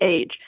age